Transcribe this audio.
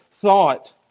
thought